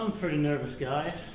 um pretty nervous guy.